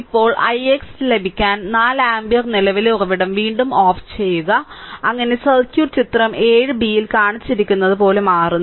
ഇപ്പോൾ ix " ലഭിക്കാൻ 4 ampere നിലവിലെ ഉറവിടം വീണ്ടും ഓഫ് ചെയ്യുക അങ്ങനെ സർക്യൂട്ട് ചിത്രം 7 ബിയിൽ കാണിച്ചിരിക്കുന്നതുപോലെ മാറുന്നു